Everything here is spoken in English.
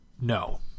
No